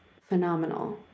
phenomenal